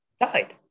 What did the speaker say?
died